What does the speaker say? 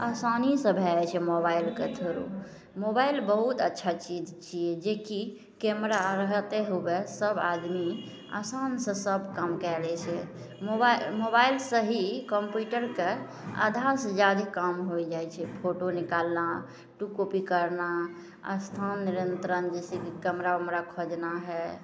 आसानीसँ भए जाइ छै मोबाइलके थ्रू मोबाइल बहुत अच्छा चीज छियै जेकी कैमरा रहते हुए सब आदमी आसानसँ सब काम कए लै छै मोबाइल मोबाइलसँ ही कम्प्यूटरके आधासँ जादा काम होइ जाइ छै फोटो निकलना टू कॉपी करना स्थान नियंत्रण जैसे कि कैमरा उमेरा खोजना है